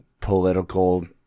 political